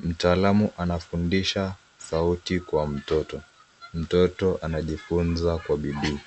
Mtaalamu anafundisha sauti kwa mtoto. Mtoto anajifunza kwa bidii.